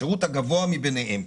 הגבוה מביניהם.